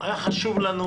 היה חשוב לנו